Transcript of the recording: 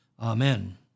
Amen